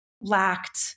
lacked